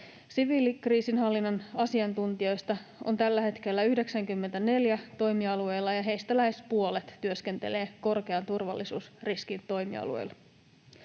Siviilikriisinhallinnan asiantuntijoista 94 on tällä hetkellä toimialueellaan, ja heistä lähes puolet työskentelee korkean turvallisuusriskin toimialueilla.